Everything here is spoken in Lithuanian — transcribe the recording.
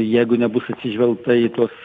jeigu nebus atsižvelgta į tuos